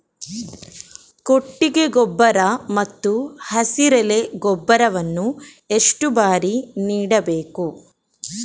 ಕೊಟ್ಟಿಗೆ ಗೊಬ್ಬರ ಮತ್ತು ಹಸಿರೆಲೆ ಗೊಬ್ಬರವನ್ನು ಎಷ್ಟು ಬಾರಿ ನೀಡಬೇಕು?